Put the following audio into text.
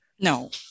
No